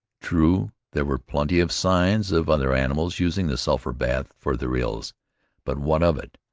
true, there were plenty of signs of other animals using the sulphur-bath for their ills but what of it?